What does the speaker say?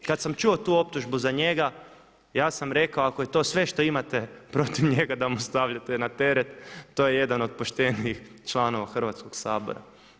Kada sam čuo tu optužbu za njega ja sam rekao ako je to sve što imate protiv njega da mu stavljate na teret to je jedan od poštenijih članova Hrvatskog sabora.